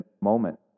moment